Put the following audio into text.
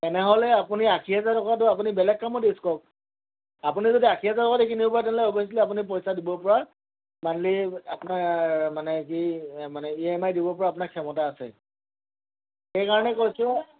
তেনেহ'লে আপুনি আশী হোজাৰ টকাটো আপুনি বেলেগ কামত ইউজ কৰক আপুনি যদি আশী হেজাৰ টকা দি কিনিব পাৰে তেনে'লে অভিয়াছলি আপুনি পইচা দিব পৰা মান্থলি আপোনাৰ মানে কি মানে ই এম আই দিব পৰা আপোনাক ক্ষমতা আছে সেইকাৰণে কৈছোঁ